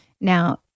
Now